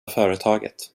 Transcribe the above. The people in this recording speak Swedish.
företaget